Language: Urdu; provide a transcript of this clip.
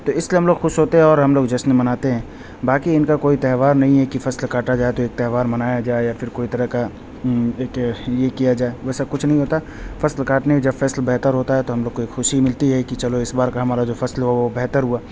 تو اس لیے ہم لوگ خوش ہوتے ہیں اور ہم لوگ جشن مناتے ہیں باقی ان کا کوئی تہوار نہیں ہے کہ فصل کاٹا جائے تو ایک تہوار منایا جائے یا پھر کوئی طرح کا ایک یہ کیا جائے ویسا کچھ نہیں ہوتا فصل کاٹنے جب فصل بہتر ہوتا ہے ہم لوگ کو ایک خوشی ملتی ہے کہ چلو اس بار کا ہمارا جو فصل ہوا وہ بہتر ہوا